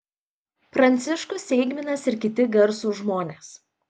pranciškus eigminas ir kiti garsūs žmonės